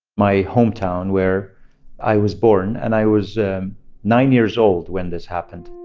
my hometown, where i was born. and i was nine years old when this happened.